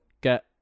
get